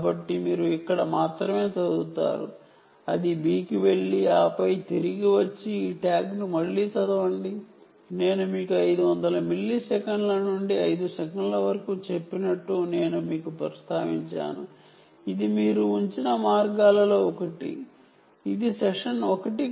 కాబట్టి మీరు ఇక్కడ మాత్రమే చదువుతారు అది B స్టేట్ కి వెళ్లి ఆపై తిరిగి వచ్చి ఈ ట్యాగ్ను మళ్లీ చదువుతుంది నేను మీకు ప్రస్తావించినట్లు 500 మిల్లీసెకన్ల నుండి 5 సెకన్ల వరకు మీరు సెషన్ 1 ఉంచిన మార్గాలలో ఇది ఒకటి